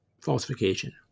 falsification